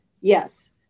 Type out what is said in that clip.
Yes